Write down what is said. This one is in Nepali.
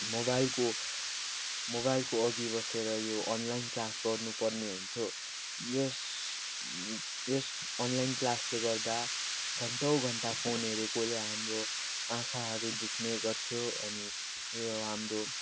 मोबाइलको मोबाइलको अघि बसेर यो अनलाइन क्लास गर्नु पर्ने हुन्थ्यो यस यस अनलाइन क्लासले गर्दा घन्टौँ घन्टा फोन हरेकोले हाम्रो आँखाहरू दुख्ने गर्थ्यो अनि यो हाम्रो